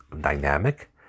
dynamic